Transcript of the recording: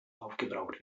aufgebraucht